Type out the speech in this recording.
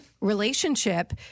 relationship